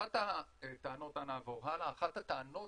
אחת הטענות